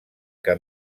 que